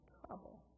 trouble